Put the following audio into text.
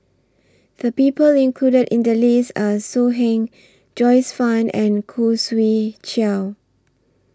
The People included in The list Are So Heng Joyce fan and Khoo Swee Chiow